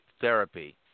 therapy